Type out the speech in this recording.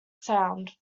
sound